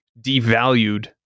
devalued